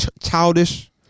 childish